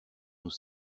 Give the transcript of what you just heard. nous